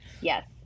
yes